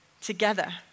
together